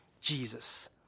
Jesus